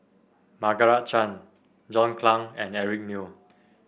Margaret Chan John Clang and Eric Neo